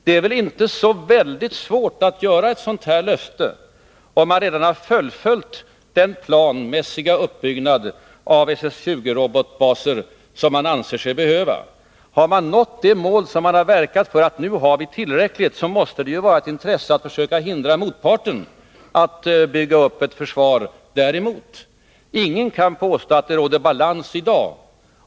Det är inte så svårt att ställa ut löften om man redan har fullföljt den planmässiga uppbyggnad av SS 20-robotbaser som man anser sig behöva. Har man nått det mål som man har verkat för och anser att ”nu har vi tillräckligt”, så måste det ju vara ett intresse att försöka hindra motparten från att bygga upp ett försvar däremot. Ingen kan påstå att det råder balans i dag.